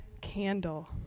candle